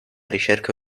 ricerche